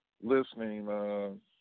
listening